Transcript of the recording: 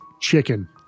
Chicken